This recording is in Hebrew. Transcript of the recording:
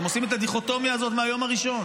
הם עושים את הדיכוטומיה הזאת מהיום הראשון.